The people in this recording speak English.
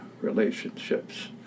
relationships